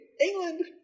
England